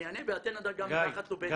אני אענה ואתנה גם תחת לובצקי.